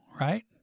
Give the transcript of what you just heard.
right